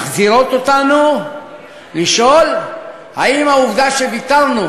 מחזירים אותנו לשאלה האם העובדה שוויתרנו